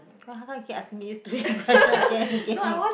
how come you kept asking this question question again and again